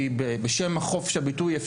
כי בשם חופש הביטוי,